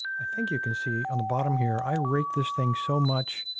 i think you can see on the bottom here. i raked this thing so much.